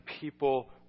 people